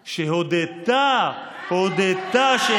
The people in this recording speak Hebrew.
שהודתה, הודתה, מה הקשר?